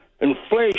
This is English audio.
inflation